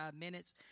minutes